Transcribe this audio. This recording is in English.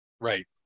Right